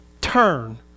turn